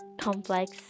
complex